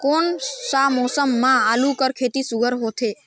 कोन सा मौसम म आलू कर खेती सुघ्घर होथे?